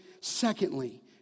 Secondly